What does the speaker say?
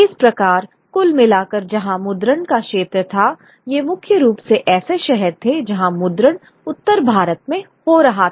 इस प्रकार कुल मिलाकर जहां मुद्रण का क्षेत्र था ये मुख्य रूप से ऐसे शहर थे जहां मुद्रण उत्तर भारत में हो रहा था